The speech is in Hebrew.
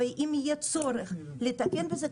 ואם יהיה צורך לתעד את זה,